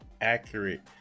accurate